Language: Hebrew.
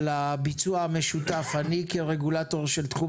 על הביצוע המשותף אני כרגולטור של תחום